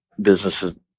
businesses